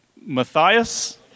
Matthias